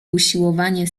usiłowanie